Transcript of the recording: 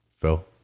Phil